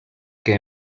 que